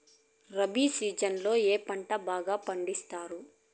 rabi season లో ఏ పంటలు బాగా పండిస్తారు